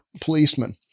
policemen